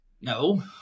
No